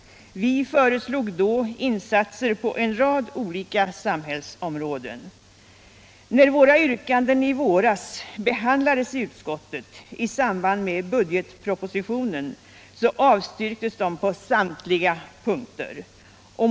Vi föreslog insatser på en rad olika samhällsområden. När yrkandena i våras behandlades i utskottet i samband med budgetpropositionen, avstyrktes de på samtliga punkter.